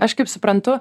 aš kaip suprantu